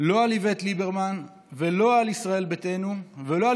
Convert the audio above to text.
לא על איווט ליברמן ולא על ישראל ביתנו ולא על